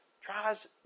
tries